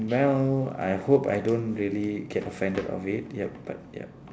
well I hope I don't really get offended of it yup but yup